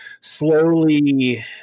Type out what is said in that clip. slowly